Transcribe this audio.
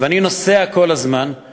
ואני נוסע כל הזמן, אני